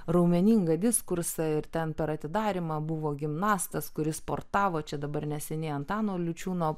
raumeningą diskursą ir ten per atidarymą buvo gimnastas kuris sportavo čia dabar neseniai antano lučiūno